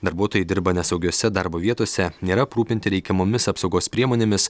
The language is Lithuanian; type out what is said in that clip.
darbuotojai dirba nesaugiose darbo vietose nėra aprūpinti reikiamomis apsaugos priemonėmis